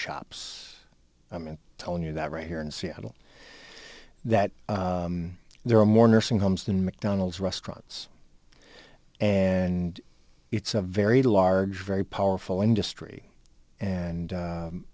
shops and telling you that right here in seattle that there are more nursing homes than mcdonald's restaurants and it's a very large very powerful industry and